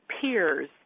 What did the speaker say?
peers